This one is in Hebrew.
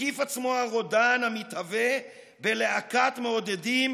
הקיף עצמו הרודן המתהווה בלהקת מעודדים